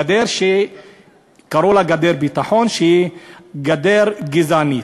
גדר שקראו לה "גדר ביטחון" שהיא גדר גזענית.